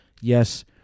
Yes